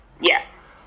yes